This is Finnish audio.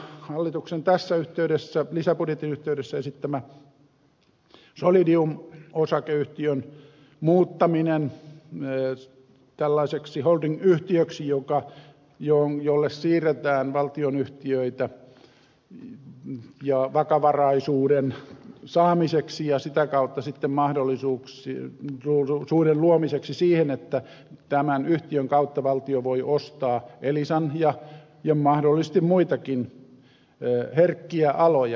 tähän liittyy nyt sitten edelleen tämä hallituksen tässä lisäbudjetin yhteydessä esittämä solidium osakeyhtiön muuttaminen tällaiseksi holdingyhtiöksi jolle siirretään valtionyhtiöitä vakavaraisuuden saamiseksi ja sitä kautta sitten mahdollisuuden luomiseksi siihen että tämän yhtiön kautta valtio voi ostaa elisan ja mahdollisesti muitakin herkkiä aloja